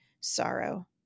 sorrow